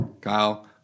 Kyle